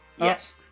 Yes